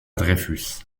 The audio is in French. dreyfus